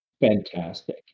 fantastic